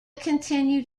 continued